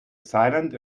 silent